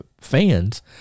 fans